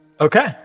Okay